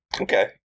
Okay